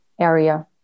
area